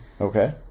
Okay